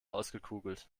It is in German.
ausgekugelt